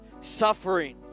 suffering